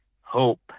hope